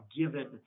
given